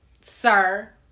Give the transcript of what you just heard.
Sir